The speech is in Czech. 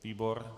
Výbor?